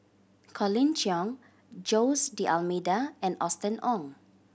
Colin Cheong Jose D'Almeida and Austen Ong